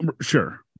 Sure